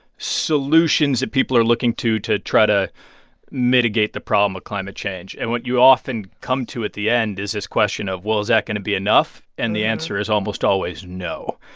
solutions that people are looking to to try to mitigate the problem of climate change. and what you often come to at the end is this question of, well, is that going to be enough? and the answer is almost always, no,